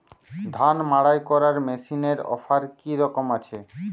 ধান মাড়াই করার মেশিনের অফার কী রকম আছে?